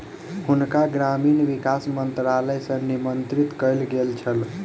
हुनका ग्रामीण विकास मंत्रालय सॅ निमंत्रित कयल गेल छल